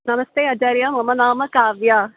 नमस्ते आचार्या मम नाम काव्या